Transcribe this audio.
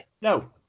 no